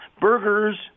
burgers